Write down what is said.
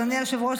אדוני היושב-ראש,